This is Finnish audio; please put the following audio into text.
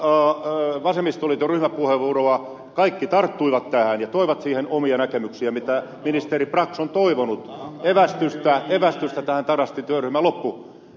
lukuun ottamatta vasemmistoliiton ryhmäpuheenvuoroa kaikki tarttuivat tähän ja toivat siihen omia näkemyksiään mitä ministeri brax on toivonut evästystä tähän tarastin työryhmän lopputyöhön